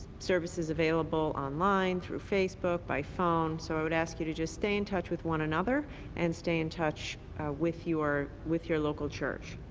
services available on line, through facebook, by phone, so i would ask you to just stay in touch with one another and stay in touch with your with your local church.